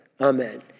Amen